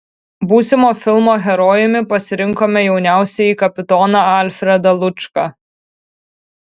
būsimo filmo herojumi pasirinkome jauniausiąjį kapitoną alfredą lučką